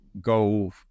go